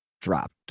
dropped